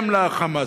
הם ל"חמאס".